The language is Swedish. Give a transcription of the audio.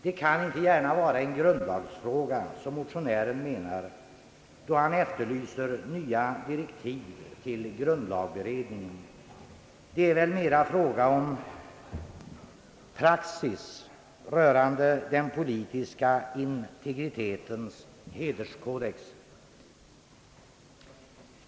Det kan inte gärna vara en grundlagsfråga, som motionären avser, då han efterlyser nya direktiv till grundlagberedningen. Det är väl mera fråga om praxis rörande den politiska integritetens hederskodex.